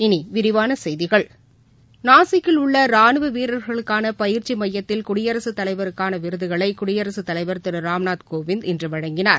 இனி விரிவான செய்திகள் நாஸிக்கில் உள்ள ரானுவ வீரர்களுக்கான பயிற்சி மையத்தில் குடியரசுத் தலைவருக்கான விருதுகளை குடியரசுத் தலைவர் திரு ராம்நாத் கோவிந்த் இன்று வழங்கினார்